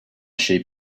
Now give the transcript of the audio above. sheep